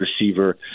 receiver